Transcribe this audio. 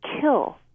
kill